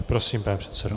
Prosím, pane předsedo.